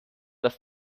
dass